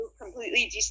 completely